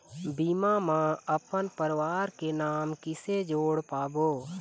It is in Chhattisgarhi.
बीमा म अपन परवार के नाम किसे जोड़ पाबो?